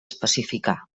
especificar